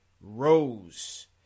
Rose